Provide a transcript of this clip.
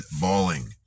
bawling